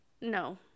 No